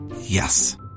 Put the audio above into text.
Yes